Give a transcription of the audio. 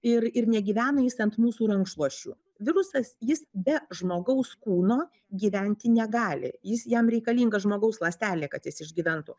ir ir negyvena jis ant mūsų rankšluosčių virusas jis be žmogaus kūno gyventi negali jis jam reikalinga žmogaus ląstelė kad jis išgyventų